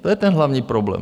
To je ten hlavní problém.